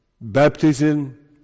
baptism